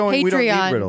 Patreon